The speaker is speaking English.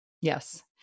Yes